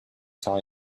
time